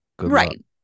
Right